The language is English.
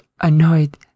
annoyed